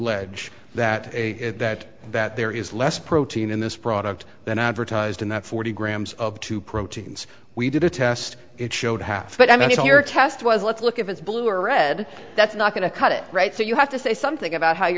allege that a that that there is less protein in this product than advertised and that forty grams of two proteins we did a test it showed half but i mean your test was let's look at the blue or red that's not going to cut it right so you have to say something about how